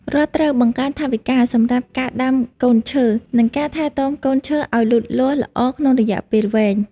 រដ្ឋត្រូវបង្កើនថវិកាសម្រាប់ការដាំកូនឈើ និងការថែទាំកូនឈើឱ្យលូតលាស់ល្អក្នុងរយៈពេលវែង។